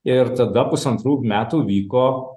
ir tada pusantrų metų vyko